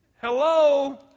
Hello